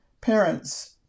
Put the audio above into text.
Parents